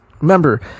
Remember